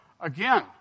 again